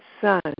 son